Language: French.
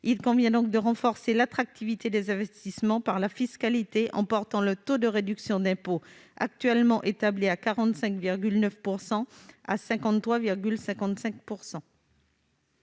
Il convient donc de renforcer l'attractivité des investissements par la fiscalité, en portant le taux de réduction d'impôt, actuellement établi à 45,9 %, à 53,55 %.